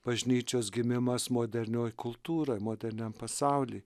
bažnyčios gimimas modernioj kultūroj moderniam pasauly